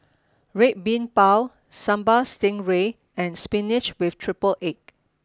Red Bean Bao Sambal Stingray and Spinach with Triple Egg